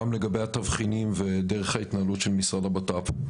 גם לגבי התבחינים ודרך ההתנהלות של משרד הבט"פ.